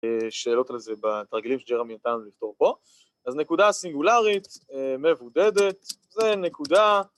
‫שאלות על זה בתרגילים ‫שג'רמי נתן לנו לכתוב פה. ‫אז נקודה סינגולרית מבודדת, ‫זו נקודה...